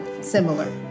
similar